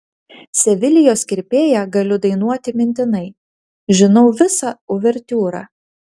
sevilijos kirpėją galiu dainuoti mintinai žinau visą uvertiūrą